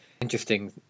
interesting